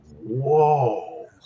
whoa